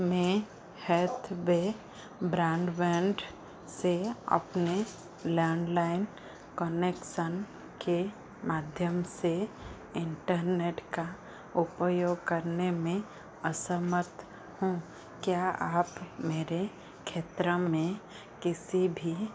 मैं Healthway broadband से अपने लैंडलाइन कनेक्सन के माध्यम से इंटरनेट का उपयोग करने में असमर्थ हूँ क्या आप मेरे क्षेत्रों में किसी भी